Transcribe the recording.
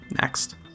Next